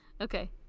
okay